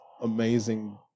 amazing